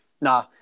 nah